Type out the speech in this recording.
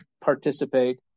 participate